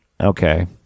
Okay